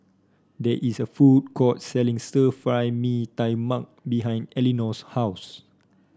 there is a food court selling Stir Fry Mee Tai Mak behind Elinor's house